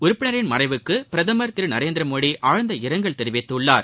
உறுப்பினர் மறைவுக்கு பிரதமர் திரு நரேந்திர மோடி ஆழ்ந்த இரங்கல் தெரிவித்துள்ளார்